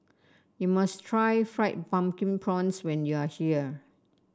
you must try Fried Pumpkin Prawns when you are here